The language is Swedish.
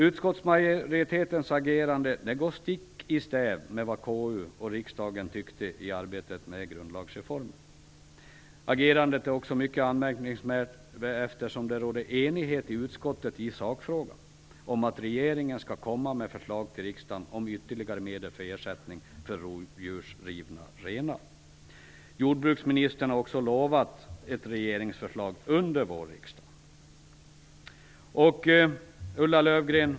Utskottsmajoritetens agerande går stick i stäv med vad KU och riksdagen tyckte i arbetet med grundlagsreformen. Agerandet är också mycket anmärkningsvärt eftersom det råder enighet i utskottet i sakfrågan om att regeringen skall komma med förslag till riksdagen om ytterligare medel för ersättning för rovdjursrivna renar. Jordbruksministern har också lovat ett regeringsförslag under vårriksdagen.